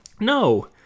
no